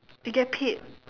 they get paid